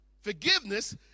Forgiveness